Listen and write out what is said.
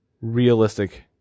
realistic